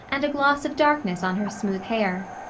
and a gloss of darkness on her smooth hair.